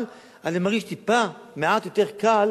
אבל אני מרגיש טיפה מעט יותר קל